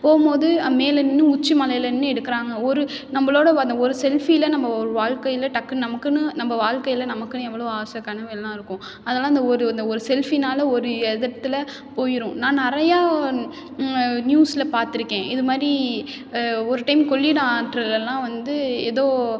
போகும்மோது மேலே நின்று உச்சி மலையில் நின்று எடுக்கிறாங்க ஒரு நம்மளோடய அந்த ஒரு செல்ஃபியில் நம்ம ஒரு வாழ்க்கையில் டக்குனு நமக்குன்னு நம்ம வாழ்க்கையில் நமக்குன்னு எவ்ளவு ஆசை கனவு எல்லாம் இருக்கும் அதெல்லாம் இந்த ஒரு இந்த ஒரு செல்ஃபியினால ஒரு எதட்டுல போய்ரும் நான் நிறையா நியூஸில் பார்த்துருக்கேன் இது மாதிரி ஒரு டைம் கொள்ளிடம் ஆற்றில்லலாம் வந்து ஏதோ